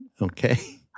okay